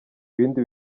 ibindi